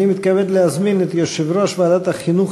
אני מתכבד להזמין את יושב-ראש ועדת החינוך,